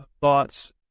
thoughts